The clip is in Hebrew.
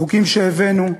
החוקים שהבאנו,